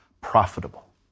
profitable